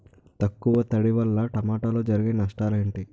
తక్కువ తడి వల్ల టమోటాలో జరిగే నష్టాలేంటి?